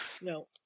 No